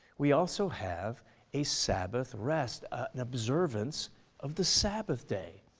we also have a sabbath rest. an observance of the sabbath day.